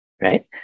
right